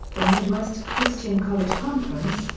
the midwest christian college conference,